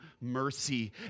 mercy